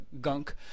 gunk